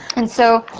and so,